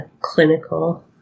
clinical